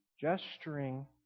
gesturing